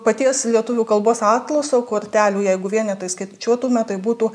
paties lietuvių kalbos atlaso kortelių jeigu vienetais skaičiuotume tai būtų